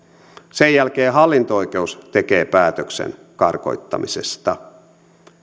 sen jälkeen hallinto oikeus tekee päätöksen karkottamisesta